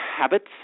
habits